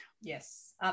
yes